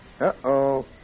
Uh-oh